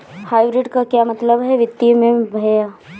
Hybrid का क्या मतलब है वित्तीय में भैया?